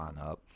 lineup